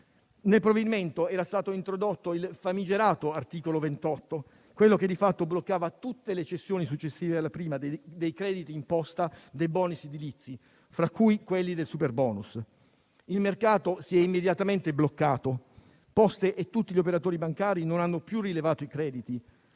Nel provvedimento era stato introdotto il famigerato articolo 28, quello che di fatto bloccava tutte le cessioni successive alla prima dei crediti d'imposta dei *bonus* edilizi, fra cui quelli del superbonus. Il mercato si è immediatamente bloccato. Poste e tutti gli operatori bancari non hanno più rilevato i crediti